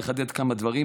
לחדד כמה דברים,